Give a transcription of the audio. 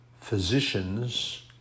physicians